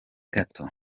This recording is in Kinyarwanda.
gato